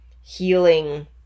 healing